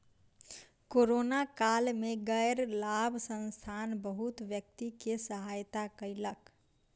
corona काल में गैर लाभ संस्थान बहुत व्यक्ति के सहायता कयलक